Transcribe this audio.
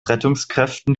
rettungskräften